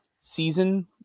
season